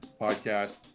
podcast